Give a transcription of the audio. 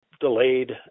delayed